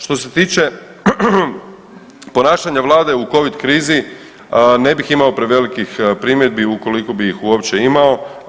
Što se tiče ponašanja Vlade u Covid krizi ne bih imao prevelikih primjedbi ukoliko bi ih uopće imao.